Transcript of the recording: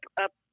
up